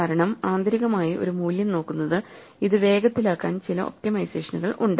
കാരണം ആന്തരികമായി ഒരു മൂല്യം നോക്കുന്നത് ഇത് വേഗത്തിലാക്കാൻ ചില ഒപ്റ്റിമൈസേഷനുകൾ ഉണ്ട്